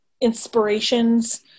inspirations